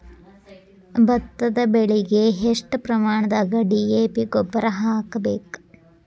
ಭತ್ತದ ಬೆಳಿಗೆ ಎಷ್ಟ ಪ್ರಮಾಣದಾಗ ಡಿ.ಎ.ಪಿ ಗೊಬ್ಬರ ಹಾಕ್ಬೇಕ?